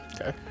Okay